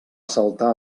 saltar